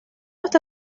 está